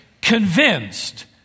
convinced